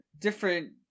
different